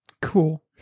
Cool